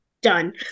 done